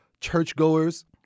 churchgoers